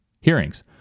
hearings